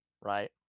Right